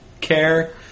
care